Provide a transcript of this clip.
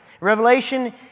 Revelation